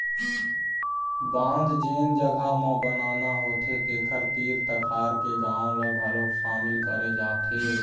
बांध जेन जघा म बनाना होथे तेखर तीर तखार के गाँव ल घलोक सामिल करे जाथे